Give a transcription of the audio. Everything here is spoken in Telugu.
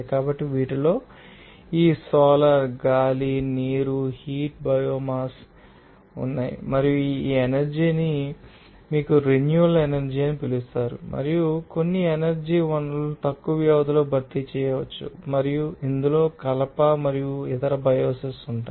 కాబట్టి వీటిలో ఈ సోలార్ గాలి నీరు హీట్ బయోమాస్ ఉన్నాయి మరియు ఈ ఎనర్జీ ని మీకు రెన్యూబెల్ ఎనర్జీ అని పిలుస్తారు మరియు కొన్ని ఎనర్జీ వనరులను తక్కువ వ్యవధిలో భర్తీ చేయవచ్చు మరియు ఇందులో కలప మరియు ఇతర బయోమాస్ ఉన్నాయి